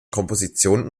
kompositionen